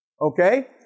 Okay